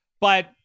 But-